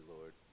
Lord